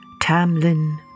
Tamlin